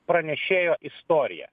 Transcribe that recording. pranešėjo istorija